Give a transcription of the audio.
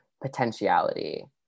potentiality